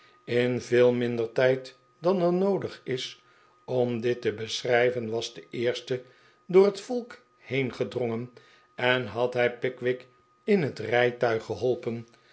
in veel minder tijd dan er noodig is om dit te beschrijven was de eerste door het volk heengedrongen en had hij pickwick in het rijtuig geholpen